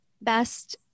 Best